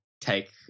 take